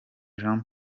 jean